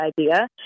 idea